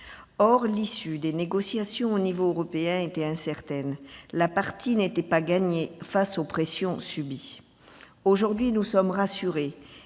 Or l'issue des négociations à l'échelon européen était incertaine, et la partie n'était pas gagnée face aux pressions subies. Aujourd'hui, nous sommes rassurés